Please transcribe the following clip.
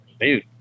dude